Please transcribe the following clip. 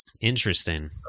Interesting